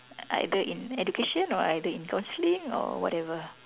either in education or either in counselling or whatever